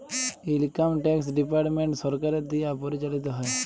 income tax department সরকারের দিয়া পরিচালিত হ্যয়